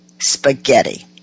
spaghetti